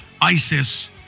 ISIS